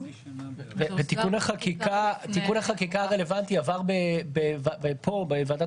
ותיקון החקיקה הרלוונטי עבר פה בוועדת